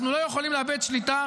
אנחנו לא יכולים לאבד שליטה.